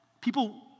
People